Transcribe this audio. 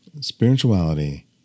spirituality